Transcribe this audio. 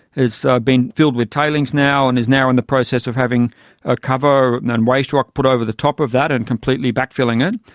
so been filled with tailings now and is now in the process of having a cover and waste rock put over the top of that and completely back-filling it.